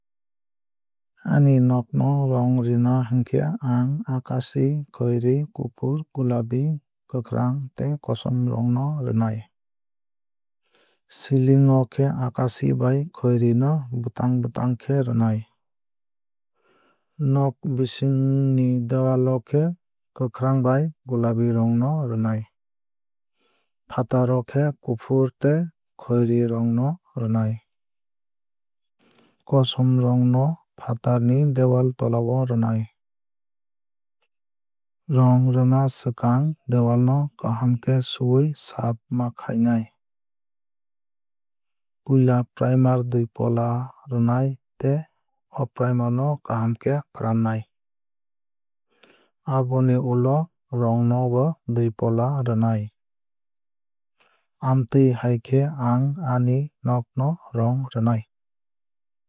Ani nog no rong rwna hinkhe ang akashi khoiri kufur gulabi kwkhrang tei kosom rong no rwnai. Ceiling o khe akashi bai khoiri no bwtang bwtang khe rwnai. Nog bising ni dewal o khe kwkhrang bai gulabi rong no rwnai. Fatar o khe kufur tei khoiri rong no rwnai. Kosom rong no fatar ni dewal tolao rwnai. Rong rwna swkang dewal no kaham khe suwui saaf ma khainai. Puila primer dui pola rwnai tei o primer no kaham khe fwranai. Aboni ulo rong no bo dui pola rwnai. Amtwui hai khe ang ani nog no rong rwnai.